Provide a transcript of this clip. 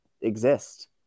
exist